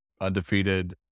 Undefeated